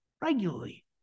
regularly